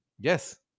Yes